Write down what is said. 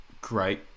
great